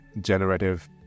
generative